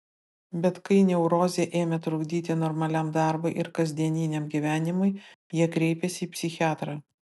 bet kai neurozė ėmė trukdyti normaliam darbui ir kasdieniam gyvenimui jie kreipėsi į psichiatrą